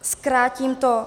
Zkrátím to.